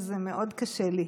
וזה מאוד קשה לי,